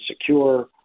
secure